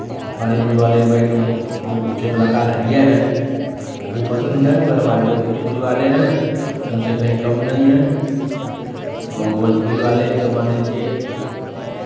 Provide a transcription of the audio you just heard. बॉलीवुड वाले भाई तो जो ऊंचे कलाकार हैये हैं वो भी पसंद हैं मगर हमारे जो भोजपुरी वाले हैं उनसे कहीं कम नहीं हैं भोजपुरी वाले जो मान लीजिये